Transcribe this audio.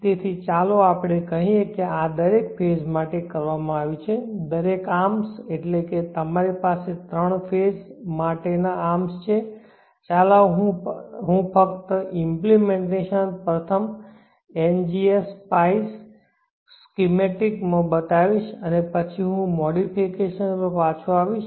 તેથી ચાલો આપણે કહીએ કે આ દરેક ફેઝ માટે કરવામાં આવ્યું છે દરેક આર્મ્સ એટલે કે તમારી પાસે ત્રણ ફેઝ માટે તેમના આર્મ્સ છે ચાલો હું ફક્ત આ ઇમ્પ્લિમેન્ટેશન પ્રથમ Ngspice સ્કીમેટીક માં બતાવીશ અને પછી હું મોડિફિકેશન પર પાછો આવીશ